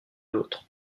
l’autre